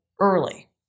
early